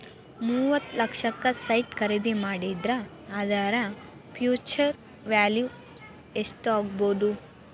ಮೂವತ್ತ್ ಲಕ್ಷಕ್ಕ ಸೈಟ್ ಖರಿದಿ ಮಾಡಿದ್ರ ಅದರ ಫ್ಹ್ಯುಚರ್ ವ್ಯಾಲಿವ್ ಯೆಸ್ಟಾಗ್ಬೊದು?